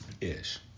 ish